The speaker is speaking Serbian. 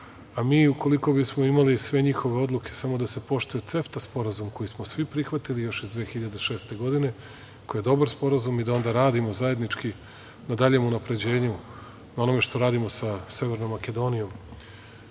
A mi ukoliko bismo imali sve njihove odluke, samo da se poštuje CEFTA sporazum koji smo svi prihvatili još iz 2006. godine, koji je dobar sporazum i da onda radimo zajednički na daljem unapređenju, na onome što radimo sa Severnom Makedonijom,